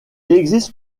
existe